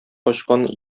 качкан